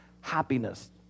happiness